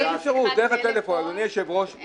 אנחנו מבקשים שזה יהיה דרך הטלפון, ושהמגע הראשון